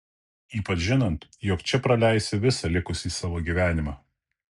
ypač žinant jog čia praleisi visą likusį savo gyvenimą